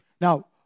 Now